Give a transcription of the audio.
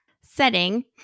setting